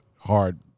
hard